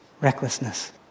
recklessness